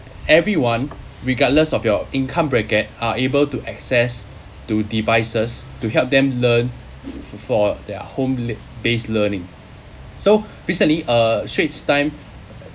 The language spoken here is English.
everyone regardless of your income bracket are able to access to devices to help them learn for for their home based learning so recently uh straits time